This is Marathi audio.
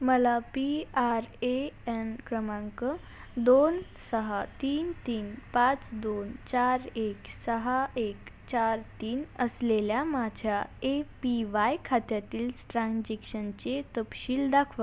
मला पी आर ए एन क्रमांक दोन सहा तीन तीन पाच दोन चार एक सहा एक चार तीन असलेल्या माझ्या ए पी वाय खात्यातील ट्रान्झेक्शनचे तपशील दाखवा